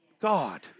God